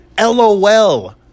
lol